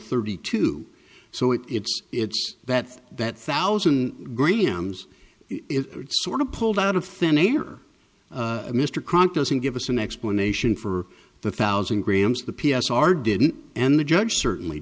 thirty two so it it's it's that that thousand grahams is sort of pulled out of thin air mr kronk doesn't give us an explanation for the thousand grams the p s r didn't and the judge certainly